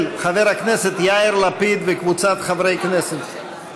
של חבר הכנסת יאיר לפיד וקבוצת חברי הכנסת,